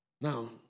Now